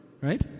Right